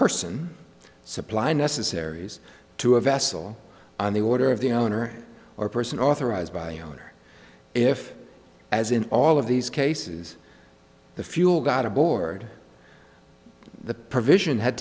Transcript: person supply necessaries to a vessel on the order of the owner or person authorised by owner if as in all of these cases the fuel got aboard the provision had